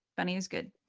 bunny is good.